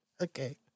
Okay